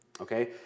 Okay